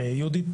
יהודית,